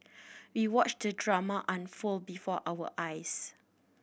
we watched the drama unfold before our eyes